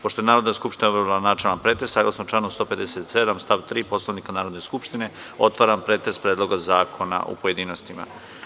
Pošto je Narodna skupština obavila načelni pretres, saglasno članu 157. stav 3. Poslovnika Narodne skupštine, otvaram pretres Predloga zakona u pojedinostima.